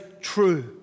true